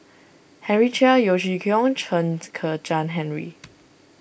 Henry Chia Yeo Chee Kiong Chen Kezhan Henri